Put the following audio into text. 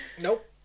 Nope